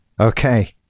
Okay